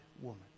woman